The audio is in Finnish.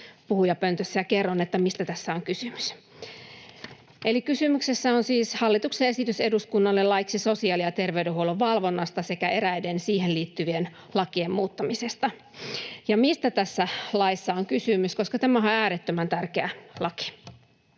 puhujapöntössä ja kerron, mistä tässä on kysymys. Kysymyksessä on siis hallituksen esitys eduskunnalle laiksi sosiaali- ja terveydenhuollon valvonnasta sekä eräiden siihen liittyvien lakien muuttamisesta. Mistä tässä laissa on kysymys? Tämähän on äärettömän tärkeä laki.